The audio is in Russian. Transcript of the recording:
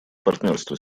партнерство